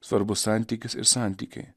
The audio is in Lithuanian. svarbu santykis ir santykiai